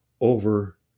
over